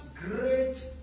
great